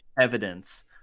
evidence